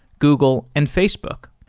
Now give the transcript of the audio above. google and facebook.